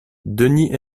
denis